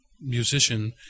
musician